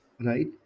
Right